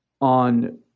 on